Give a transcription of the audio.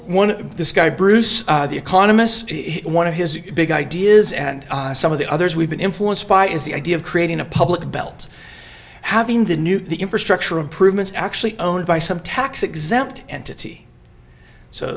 the one this guy bruce the economists one of his big ideas and some of the others we've been influenced by is the idea of creating a public belt having the new the infrastructure improvements actually owned by some tax exempt entity so